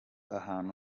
ahantu